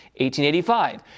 1885